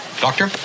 Doctor